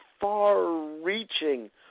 far-reaching